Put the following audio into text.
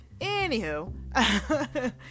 anywho